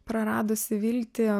praradusi viltį